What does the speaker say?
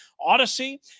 Odyssey